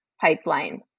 pipeline